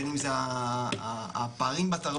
בין אם זה הפערים בתרבות,